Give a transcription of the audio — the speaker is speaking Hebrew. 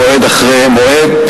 מועד אחרי מועד,